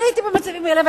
אני הייתי במצבים האלה,